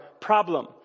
problem